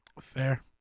Fair